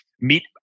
meet